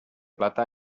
plata